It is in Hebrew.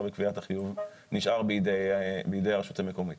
בקביעת החיוב נשאר בידי הרשות המקומית.